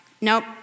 Nope